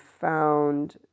found